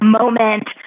moment